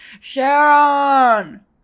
Sharon